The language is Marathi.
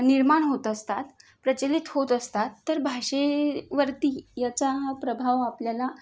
निर्माण होत असतात प्रचलित होत असतात तर भाषेवरती याचा प्रभाव आपल्याला